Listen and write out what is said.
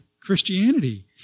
Christianity